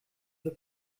the